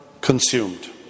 consumed